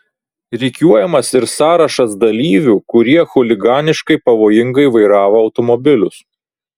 rikiuojamas ir sąrašas dalyvių kurie chuliganiškai pavojingai vairavo automobilius